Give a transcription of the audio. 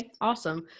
awesome